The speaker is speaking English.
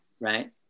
right